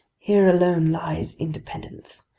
here alone lies independence!